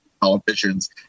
politicians